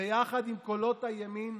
ויחד עם קולות הימין,